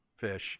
fish